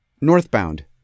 northbound